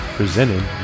presented